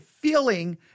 feeling